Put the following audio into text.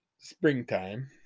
Springtime